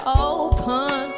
open